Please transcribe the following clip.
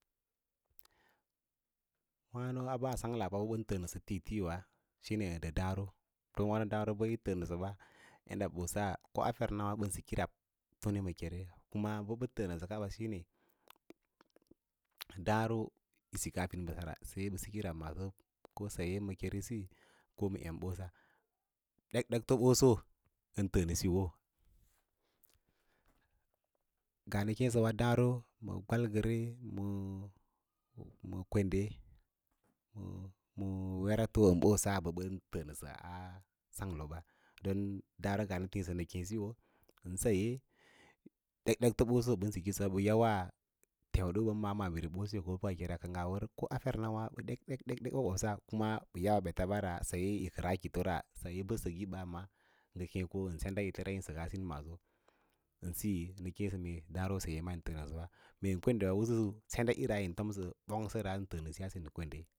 Wâno bəa sangla bə yìn təə səsə tii tii ba ndə dǎǎro, don wâno ɗǎǎro bə yim təə nə ba yadda ɓosa kos fernawâ ɓən siki rab tone ma kere and bən təənəsə ba shine don dǎǎro yi sikas fin bəsa dai ɓə siki rab tome ma ke ma saye tone ma kere əntəə nə siyo ngaa nə kêêbəwa dǎǎro ma gwalgere məə kwende məə wereto ən bosa ɓən təə nəsə a sanglo na nga nə tǐǐsə nə jeẽ sīyo saye ɗek ɗekti ɓoso ɓən sikisəwa ɓə yawaa teudo ə ɓə maa maabiri ɓoso ko bəkəkere ko a fer nawa bə ɗek-ɗek ɗek bobosa kuma ɓə yawaa bə ɓetara saye yí kəraa kito ra daapo meen kwende wa usu senda ꞌira yīn fom sə ɓong səra yín təə na sin.